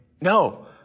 No